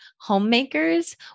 homemakers